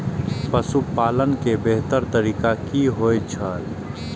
पशुपालन के बेहतर तरीका की होय छल?